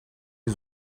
les